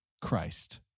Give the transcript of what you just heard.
Christ